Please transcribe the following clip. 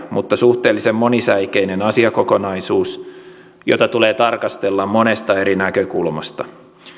mutta suhteellisen monisäikeinen asiakokonaisuus jota tulee tarkastella monesta eri näkökulmasta